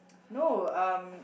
no um